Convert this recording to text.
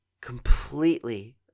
completely